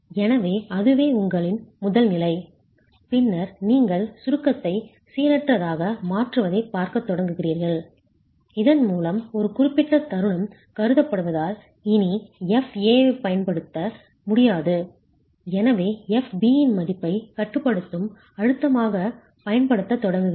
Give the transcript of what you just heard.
எனவே அதுவே உங்களின் முதல் நிலை பின்னர் நீங்கள் சுருக்கத்தை சீரற்றதாக மாற்றுவதைப் பார்க்கத் தொடங்குகிறீர்கள் இதன் மூலம் ஒரு குறிப்பிட்ட தருணம் கருதப்படுவதால் இனி Fa ஐப் பயன்படுத்த முடியாது எனவே Fb இன் மதிப்பை கட்டுப்படுத்தும் அழுத்தமாகப் பயன்படுத்தத் தொடங்குகிறீர்கள்